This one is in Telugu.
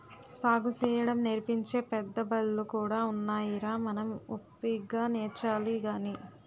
సాగుసేయడం నేర్పించే పెద్దబళ్ళు కూడా ఉన్నాయిరా మనం ఓపిగ్గా నేర్చాలి గాని